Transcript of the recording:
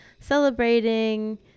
celebrating